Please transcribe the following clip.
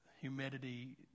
humidity